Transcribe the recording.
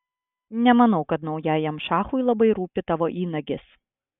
nemanau kad naujajam šachui labai rūpi tavo įnagis